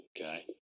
Okay